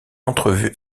entrevue